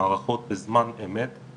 גם בנובמבר וגם בדצמבר לאירועי גשם הרבה יותר